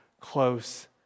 close